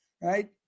Right